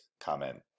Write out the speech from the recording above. comment